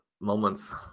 moments